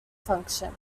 function